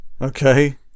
Okay